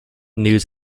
news